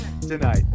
tonight